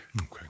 Okay